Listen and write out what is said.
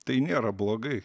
tai nėra blogai